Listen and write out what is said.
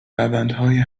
روندهای